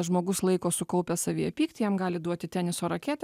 žmogus laiko sukaupęs savyje pyktį jam gali duoti teniso raketę